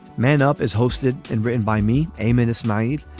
man up is hosted and written by me a minus night.